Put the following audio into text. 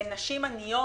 נשים עניות